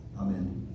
Amen